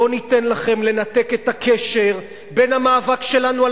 לא ניתן לכם לנתק את הקשר בין המאבק שלנו על